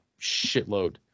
shitload